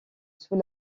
sous